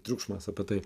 triukšmas apie tai